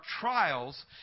trials